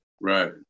Right